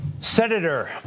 Senator